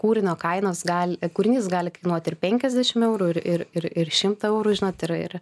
kūrinio kainos gal kūrinys gali kainuoti ir penkiasdešim eurų ir ir ir ir šimtą eurų žinot tai yra ir